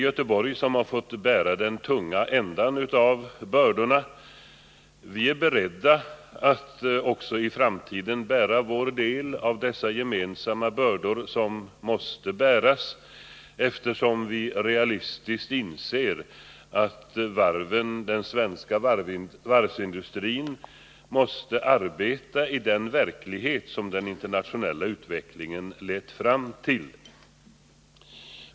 Göteborg har fått bära den tunga delen av bördorna. Vi är beredda att också i framtiden bära vår del av de gemensamma bördor som måste bäras, eftersom vi realistiskt inser att den svenska varvsindustrin måste arbeta i den verklighet som den internationella utvecklingen lett fram till.